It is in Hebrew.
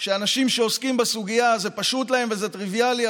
שאנשים שעוסקים בסוגיה זה פשוט להם וזה טריוויאלי?